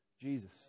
jesus